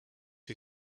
who